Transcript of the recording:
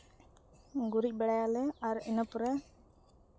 ᱜᱩᱨᱤᱡ ᱵᱟᱲᱟᱭᱟᱞᱮ ᱟᱨ ᱤᱱᱟᱹ ᱯᱚᱨᱮ